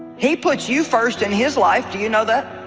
he puts you first in his life, do you know that